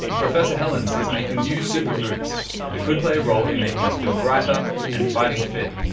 professor hellens is making new super-foods that could play a role in making us feel brighter and fighting fit.